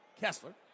Kessler